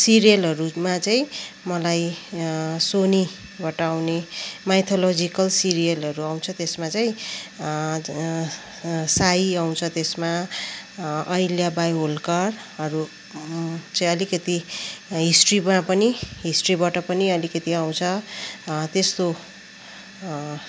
सिरियलहरूमा चाहिँ मलाई सोनीबाट आउने माइथोलोजिकल सिरियलहरू आउँछ त्यसमा चाहिँ साई आउँछ त्यसमा अहिल्याबाई होल्करहरू चाहिँ अलिकति हिस्ट्रीमा पनि हिस्ट्रीबाट पनि अलिकति आउँछ त्यस्तो